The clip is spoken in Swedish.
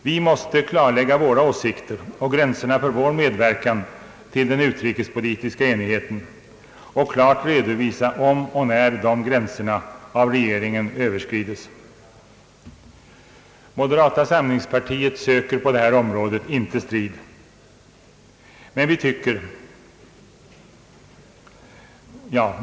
Vi måste klarlägga våra åsikter och gränserna för vår medverkan till den utrikespolitiska enigheten och klart redovisa om och när de gränserna av regeringen överskrides. Moderata samlingspartiet söker på detta område inte strid.